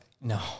no